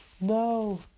No